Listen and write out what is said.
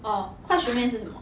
orh 快熟面是什么